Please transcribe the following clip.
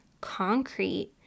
concrete